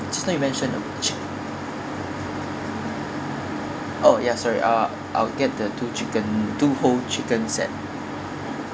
just now you mentioned the chick~ oh yes sorry I'll I'll get the two chicken two whole chicken set